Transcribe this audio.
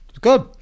good